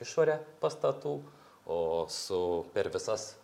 išorė pastatų o su per visas